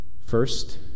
First